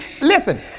listen